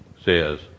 says